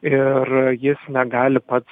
ir jis negali pats